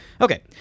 Okay